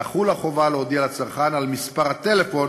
תחול החובה להודיע לצרכן על מספר טלפון